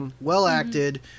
well-acted